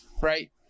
right